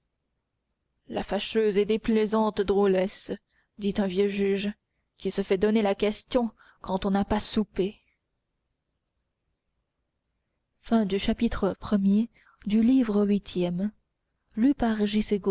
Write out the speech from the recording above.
la fâcheuse et déplaisante drôlesse dit un vieux juge qui se fait donner la question quand on n'a pas soupé